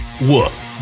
Woof